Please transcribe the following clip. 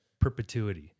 perpetuity